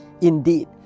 Indeed